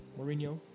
Mourinho